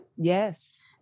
Yes